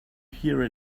here